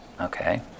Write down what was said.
Okay